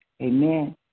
Amen